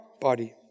body